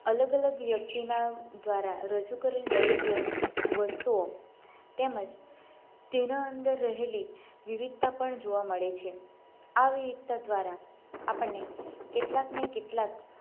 અલગ અલગ વ્યક્તિના દ્વારા રજૂ કરેલ દરેક વસ્તુઓ તેમજ તેનાં અંદર રહેલી વિવિધતા પણ જોવા મળે છે આવી એકતા દ્વારા આપણને કેટલાકને કેટલાક